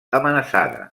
amenaçada